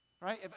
Right